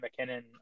McKinnon